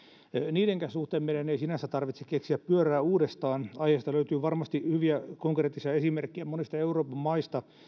niidenkään suhteen meidän ei sinänsä tarvitse keksiä pyörää uudestaan aiheesta löytyy varmasti hyviä konkreettisia esimerkkejä monista euroopan maista